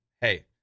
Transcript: Hey